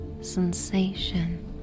sensation